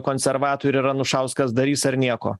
konservatoriai ir anušauskas darys ar nieko